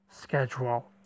schedule